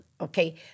Okay